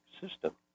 system